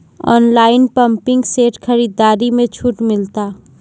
Online pumping set खरीदारी मे छूट मिलता?